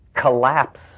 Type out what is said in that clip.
collapse